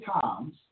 times